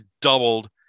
doubled